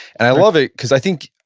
and i love it cause i think,